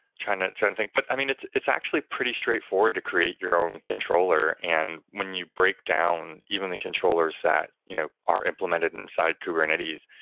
trying to to and think. but i mean, it's it's actually pretty straightforward to create your own controller and when you break down even the controllers that you know are implemented inside kubernetes,